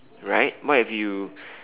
right what if you